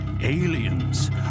aliens